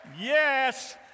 Yes